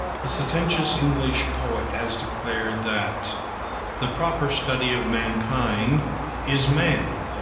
the sententious english poet has declared that the proper study of mankind is man,